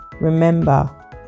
remember